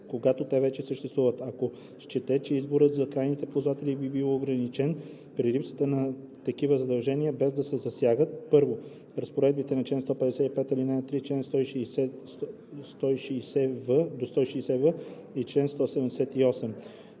когато те вече съществуват, ако счете, че изборът за крайните ползватели би бил ограничен при липсата на такива задължения, без да се засягат: 1. разпоредбите на чл. 155, ал. 3, чл. 160 – 160в и чл. 178; 2.